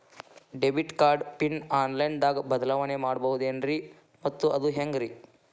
Debit card PIN online ದಾಗ ಬದಲಾವಣೆ ಮಾಡಬಹುದೇನ್ರಿ ಮತ್ತು ಅದು ಹೆಂಗ್ರಿ?